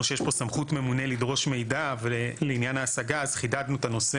שיש פה סמכות ממונה לדרוש מידע לעניין ההשגה אז חידדנו את הנושא